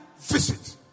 visit